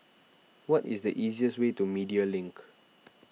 what is the easiest way to Media Link